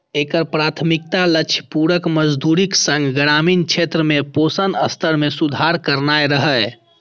एकर प्राथमिक लक्ष्य पूरक मजदूरीक संग ग्रामीण क्षेत्र में पोषण स्तर मे सुधार करनाय रहै